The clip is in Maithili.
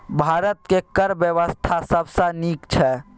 भारतक कर बेबस्था सबसँ नीक छै